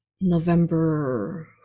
November